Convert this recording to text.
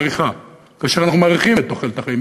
אנחנו מאריכים את תוחלת החיים.